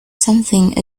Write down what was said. something